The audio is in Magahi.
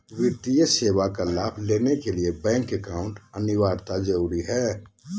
वित्तीय सेवा का लाभ लेने के लिए बैंक अकाउंट अनिवार्यता जरूरी है?